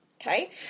Okay